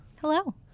Hello